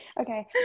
Okay